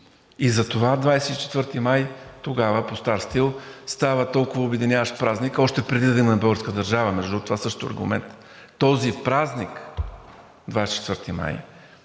И затова 24 май тогава, по стар стил, става толкова обединяващ празник още преди да има българска държава, между другото. Това също е аргумент. Този празник – 24 май,